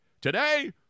Today